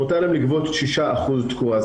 מותר להם לגבות 6% תקורה,